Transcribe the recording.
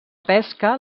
pesca